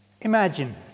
imagine